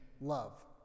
love